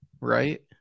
right